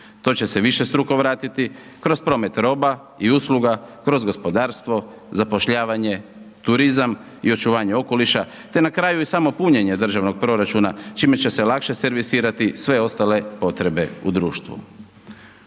To će se višestruko vratiti, kroz promet roba i usluga, kroz gospodarstvo, zapošljavanje, turizam i očuvanje okoliša, te na kraju i samo punjenje državnog proračuna, čime će se lakše servisirati sve ostale potrebe u društvu.